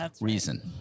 reason